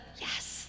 yes